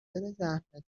زحمتایی